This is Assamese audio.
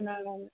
নালাগে